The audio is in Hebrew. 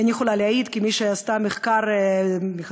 אני יכולה להעיד, כמי שעשתה מחקר מעמיק